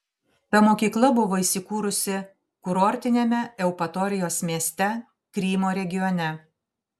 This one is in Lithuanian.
ta mokykla buvo įsikūrusi kurortiniame eupatorijos mieste krymo regione